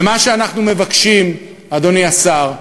ומה שאנחנו מבקשים, אדוני השר,